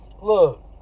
Look